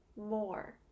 more